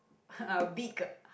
uh beak